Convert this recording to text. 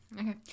okay